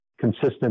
consistent